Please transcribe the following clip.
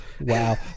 Wow